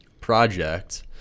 project